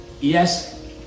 Yes